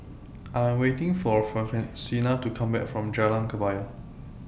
I Am waiting For to Come Back from Jalan Kebaya